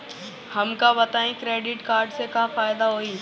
हमका बताई credit card से का फायदा होई?